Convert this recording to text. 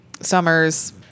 Summer's